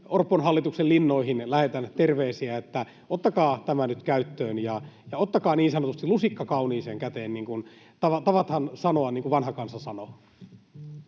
Orpon hallituksen linnoihin lähetän terveisiä — että ottakaa tämä nyt käyttöön ja ottakaa niin sanotusti lusikka kauniiseen käteen, niin kuin tavataan sanoa ja niin kuin vanha kansa sanoo.